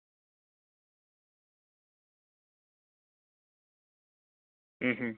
अं